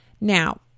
Now